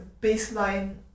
baseline